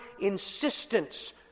insistence